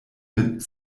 mit